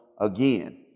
again